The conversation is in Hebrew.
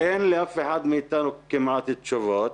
ואין לאף אחד מאיתנו כמעט תשובות.